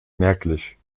merklich